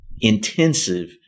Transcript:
intensive